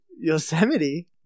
Yosemite